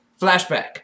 Flashback